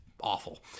awful